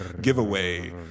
giveaway